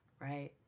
Right